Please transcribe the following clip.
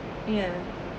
yeah